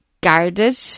guarded